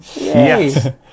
Yes